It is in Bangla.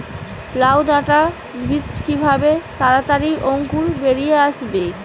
লাউ ডাটা বীজ কিভাবে তাড়াতাড়ি অঙ্কুর বেরিয়ে আসবে?